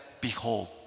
behold